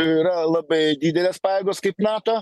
yra labai didelės pajėgos kaip nato